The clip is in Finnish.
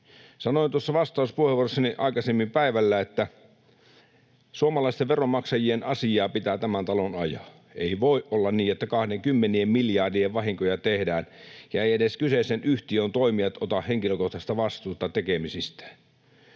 Sanoin tuossa vastauspuheenvuorossani aikaisemmin päivällä, että suomalaisten veronmaksajien asiaa pitää tämän talon ajaa. Ei voi olla niin, että kymmenien miljardien vahinkoja tehdään ja eivät edes kyseisen yhtiön toimijat ota henkilökohtaista vastuuta tekemisistään.